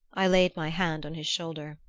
i laid my hand on his shoulder.